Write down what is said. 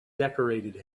decorated